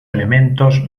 elementos